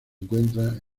encuentra